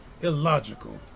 illogical